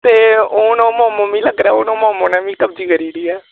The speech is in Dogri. ते हून ओह् मोमो नै मिगी लगदा मोमो नै मिगी कब्ज़ी करी लेई ऐ